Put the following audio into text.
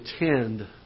attend